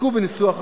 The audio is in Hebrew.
עסקו בניסוח החוק,